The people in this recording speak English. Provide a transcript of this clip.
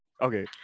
Okay